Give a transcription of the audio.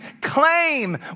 claim